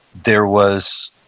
there was